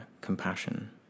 compassion